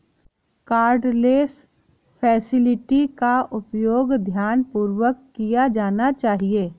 cardless facility का उपयोग ध्यानपूर्वक किया जाना चाहिए